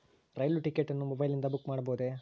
ರೈಲು ticket ಅನ್ನು ಮೊಬೈಲಿಂದ book ಮಾಡಬಹುದೆ?